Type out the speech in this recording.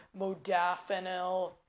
modafinil